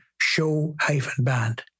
Show-Band